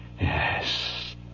Yes